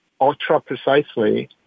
ultra-precisely